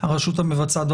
הרשות המבצעת,